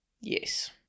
yes